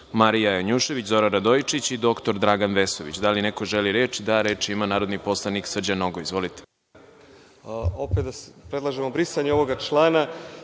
Marija Janjušević, Zoran Radojičić i dr Dragan Vesović. Da li neko želi reč? (Da)Reč ima narodni poslanik Srđan Nogo. Izvolite.